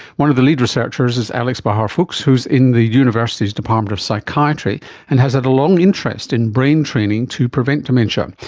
one of the lead researchers is alex bahar-fuchs who is in the university's department of psychiatry and has had a long interest in brain training to prevent dementia.